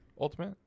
Ultimate